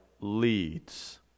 leads